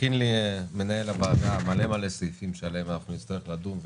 הכין לי מנהל הוועדה מלא סעיפים שעליהם נצטרך לדון,